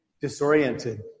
disoriented